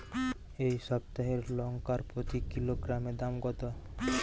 এই সপ্তাহের লঙ্কার প্রতি কিলোগ্রামে দাম কত?